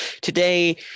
today